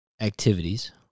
activities